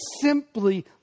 simply